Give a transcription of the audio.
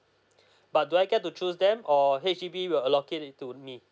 but do I get to choose them or H_D_B will allocate it to me